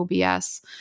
OBS